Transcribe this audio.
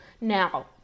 Now